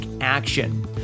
action